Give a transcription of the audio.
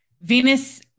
Venus